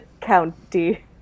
county